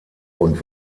und